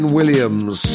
Williams